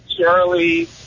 Charlie